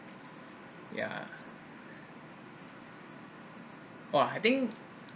yeah !wah! I think